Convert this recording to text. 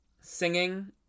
singing